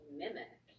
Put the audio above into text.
mimic